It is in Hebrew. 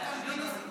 היושב-ראש,